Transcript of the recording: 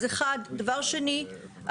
דבר שני,